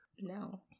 No